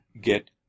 get